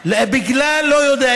בגלל, בגלל, לא יודע.